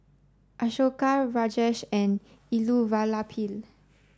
Ashoka Rajesh and Elattuvalapil